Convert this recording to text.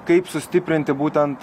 kaip sustiprinti būtent